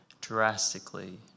drastically